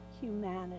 humanity